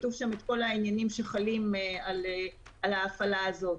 כתוב שם כל העניינים שחלים על ההפעלה הזאת.